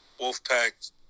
Wolfpack